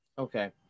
Okay